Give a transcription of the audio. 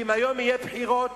ואם היום יהיו בחירות,